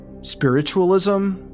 Spiritualism